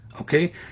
okay